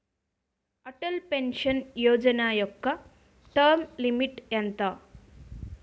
Atal pension Yojana యెక్క term limit ఎంత?